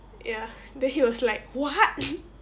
ya then he was like what